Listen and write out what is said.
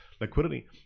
liquidity